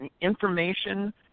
information